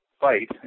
fight